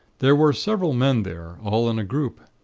there were several men there, all in a group.